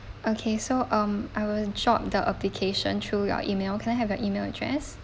okay so um I was drop the application through your email can I have your email address